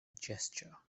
gesture